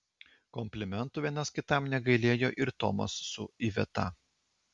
komplimentų vienas kitam negailėjo ir tomas su iveta